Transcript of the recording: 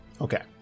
okay